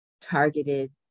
targeted